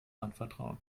anvertrauen